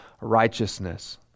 righteousness